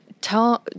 Tell